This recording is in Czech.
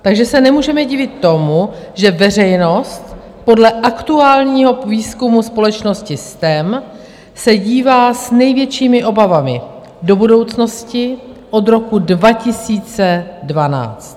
Takže se nemůžeme divit tomu, že veřejnost podle aktuálního výzkumu společnosti STEM se dívá s největšími obavami do budoucnosti od roku 2012.